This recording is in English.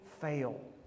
fail